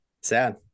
Sad